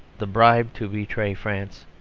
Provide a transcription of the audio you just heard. the bribe to betray france,